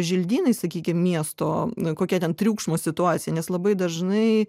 želdynai sakykim miesto kokia ten triukšmo situacija nes labai dažnai